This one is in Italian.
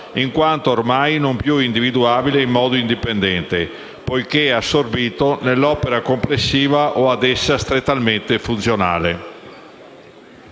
in quanto ormai non più individuabile in modo indipendente, poiché assorbito nell'opera complessiva o ad essa strettamente funzionale».